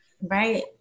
Right